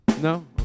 No